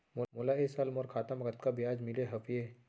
मोला ए साल मोर खाता म कतका ब्याज मिले हवये?